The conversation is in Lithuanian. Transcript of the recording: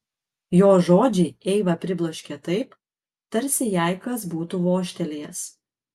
jo žodžiai eivą pribloškė taip tarsi jai kas būtų vožtelėjęs